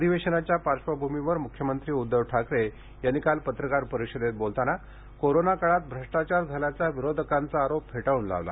अधिवेशनाच्या पार्श्वभूमीवर मुख्यमंत्री उद्घव ठाकरे यांनी काल पत्रकार परिषदेत बोलताना कोरोना काळात भ्रष्ट्राचार झाल्याचा विरोधकांचा आरोप फेटाळून लावला